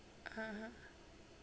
(uh huh)